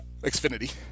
Xfinity